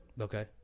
Okay